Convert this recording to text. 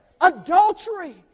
adultery